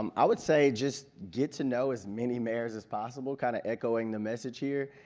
um i would say just get to know as many mayors as possible, kinda echoing the message here.